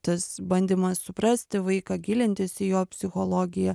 tas bandymas suprasti vaiką gilintis į jo psichologiją